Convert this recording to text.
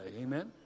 Amen